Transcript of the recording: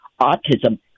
autism